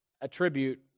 attribute